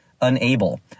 unable